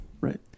Right